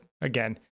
again